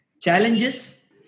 Challenges